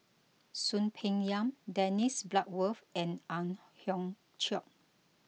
Soon Peng Yam Dennis Bloodworth and Ang Hiong Chiok